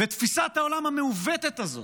תפיסת העולם המעוותת הזאת,